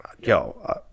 yo